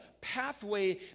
pathway